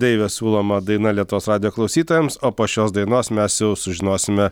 deivio siūloma daina lietuvos radijo klausytojams o po šios dainos mes jau sužinosime